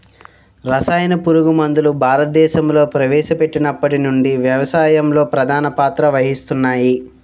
రసాయన పురుగుమందులు భారతదేశంలో ప్రవేశపెట్టినప్పటి నుండి వ్యవసాయంలో ప్రధాన పాత్ర వహిస్తున్నాయి